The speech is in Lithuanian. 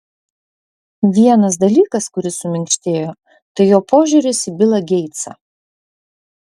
vienas dalykas kuris suminkštėjo tai jo požiūris į bilą geitsą